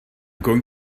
going